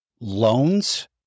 loans